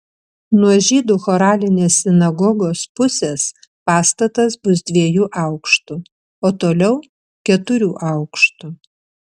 nuo žydų choralinės sinagogos pusės pastatas bus dviejų aukštų o toliau keturių aukštų